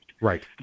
Right